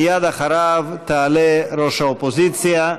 מייד אחריו תעלה ראש האופוזיציה.